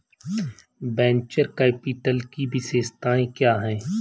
Venture capital की विशेषताएं क्या हैं?